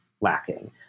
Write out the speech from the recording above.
lacking